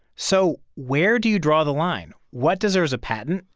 so where do you draw the line? what deserves a patent,